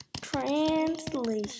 Translation